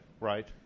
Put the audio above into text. Right